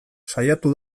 saiatu